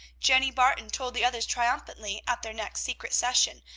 jenny barton told the others triumphantly at their next secret session,